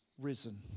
risen